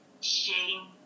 shame